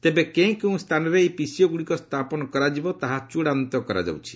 ତେବେ କେଉଁ କେଉଁ ସ୍ଥାନରେ ଏହି ପିସିଓଗୁଡ଼ିକ ସ୍ଥାପନ କରାଯିବ ତାହା ଚୂଡ଼ାନ୍ତ କରାଯାଉଛି